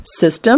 system